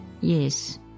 Yes